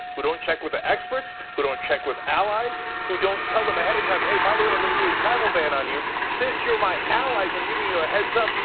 who don't check with the experts, who don't check with allies. who don't tell them ahead of time, by the way, i'm gonna do a travel ban on you. since you're my allies, i'm giving you a heads-up,